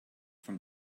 from